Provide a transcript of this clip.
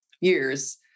years